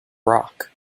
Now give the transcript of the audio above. rock